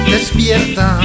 Despierta